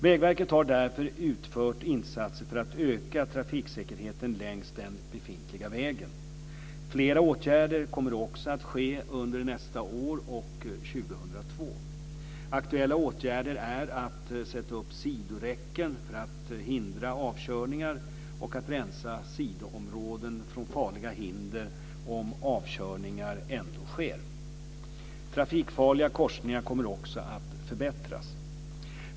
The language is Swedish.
Vägverket har därför utfört insatser för att öka trafiksäkerheten längs den befintliga vägen. Flera åtgärder kommer också att ske under nästa år och 2002. Aktuella åtgärder är att sätta upp sidoräcken för att hindra avkörningar och att rensa sidoområden från farliga hinder om avkörningar ändå sker. Trafikfarliga korsningar kommer också att förbättras.